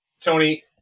Tony